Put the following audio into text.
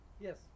Yes